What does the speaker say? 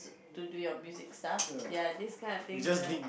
to do your music stuff ya this kind of things